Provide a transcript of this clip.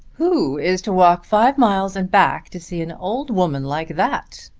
who is to walk five miles and back to see an old woman like that?